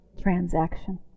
transaction